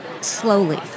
slowly